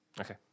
Okay